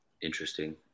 Interesting